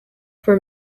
for